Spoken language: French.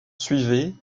suivait